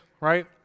right